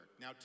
Now